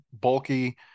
bulky